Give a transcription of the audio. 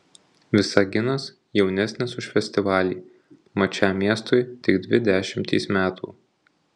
visaginas jaunesnis už festivalį mat šiam miestui tik dvi dešimtys metų